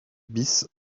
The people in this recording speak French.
bis